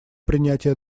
принятия